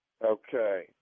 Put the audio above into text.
Okay